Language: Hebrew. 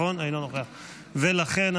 חברי הכנסת,